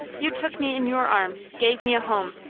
you took me in your arms, gave me a home,